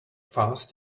fast